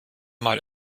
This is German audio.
mal